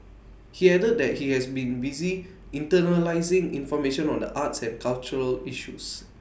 he added that he has been busy internalising information on the arts and cultural issues